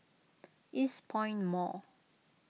Eastpoint Mall